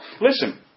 Listen